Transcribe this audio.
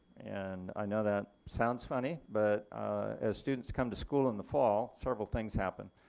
and i know that sounds funny but as students come to school in the fall several things happen.